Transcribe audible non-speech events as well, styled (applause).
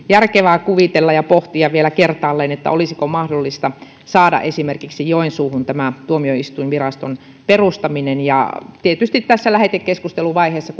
järkevää kuvitella ja pohtia vielä kertaalleen olisiko mahdollista saada esimerkiksi joensuuhun tämä tuomioistuinviraston perustaminen ja tietysti kun tässä lähetekeskusteluvaiheessa (unintelligible)